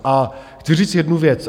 A chci říct jednu věc.